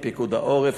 פיקוד העורף,